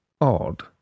Odd